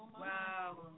Wow